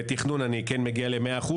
בתכנון אני כן מגיע ל-100%,